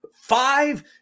five